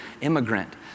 immigrant